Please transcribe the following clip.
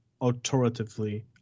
authoritatively